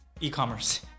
e-commerce